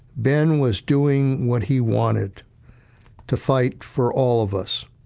ben was doing what he wanted to fight for all of us.